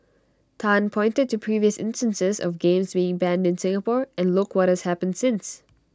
Tan pointed to previous instances of games being banned in Singapore and look what has happened since